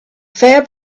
fair